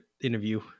interview